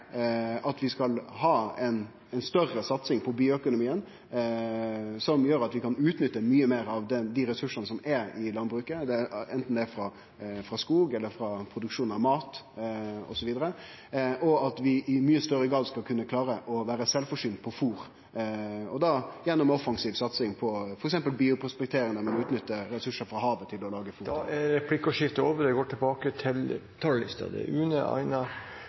at vi skal ha ei større satsing på bioøkonomi som gjer at vi kan utnytte mykje meir av dei ressursane som er i landbruket, enten det er frå skog eller frå produksjon av mat osv., og at vi i mykje større grad skal kunne klare å vere sjølvforsynte på fôr – og da gjennom offensiv satsing på f.eks. bioprospektering å utnytte ressursar frå havet til å lage fôr. Replikkordskiftet er omme. Å videreutvikle Norge til